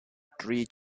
three